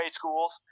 schools